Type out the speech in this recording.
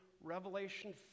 Revelation